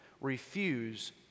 refuse